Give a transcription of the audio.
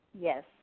Yes